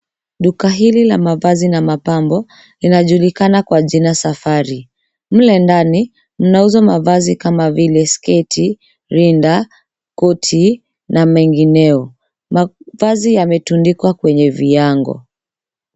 Duka hili la mavazi na mapambo linajulikana kwa jina safari. Mle ndani mnauzwa mavazi kama vile sketi, rinda, koti na mengineyo. Mavazi yametundikwa kwenye viango.